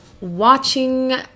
watching